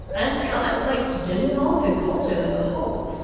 and how that relates to gender norms and culture as a whole.